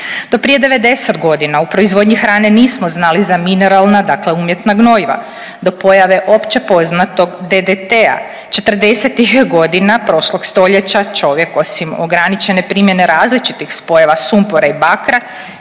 Do prije 90 godina u proizvodnji hrane nismo znali za mineralna, dakle umjetna gnojiva. Do pojave opće poznatog DDT-a, 40-ih godina prošlog stoljeća, čovjek, osim ograničene primjene različitih spojeva sumpora i bakra,